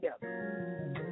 together